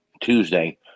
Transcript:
Tuesday